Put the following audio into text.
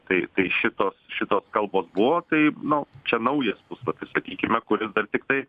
tai tai šito šitos kalbos buvo tai nu čia naujas puslapis sakykime kuris dar tiktai